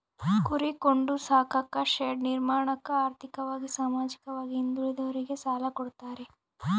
ಕುರಿ ಕೊಂಡು ಸಾಕಾಕ ಶೆಡ್ ನಿರ್ಮಾಣಕ ಆರ್ಥಿಕವಾಗಿ ಸಾಮಾಜಿಕವಾಗಿ ಹಿಂದುಳಿದೋರಿಗೆ ಸಾಲ ಕೊಡ್ತಾರೆ